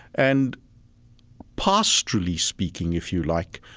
and pastorally speaking, if you like,